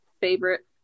favorite